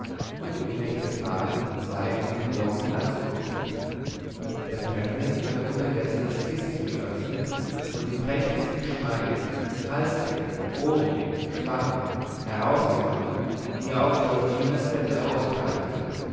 und dem knecht befahl zwei von den doggen anzukuppeln der fremde hatte unterdessen das kistchen geöffnet und die prächtigsten geschmeide halsketten ohrringe spangen herausgenommen die er auf giorginas bette ausbreitete